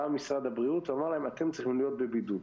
משרד הבריאות ואמר להם: אתם צריכים להיות בבידוד,